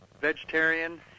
vegetarian